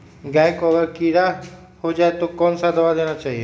गाय को अगर कीड़ा हो जाय तो कौन सा दवा देना चाहिए?